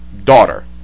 daughter